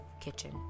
kitchen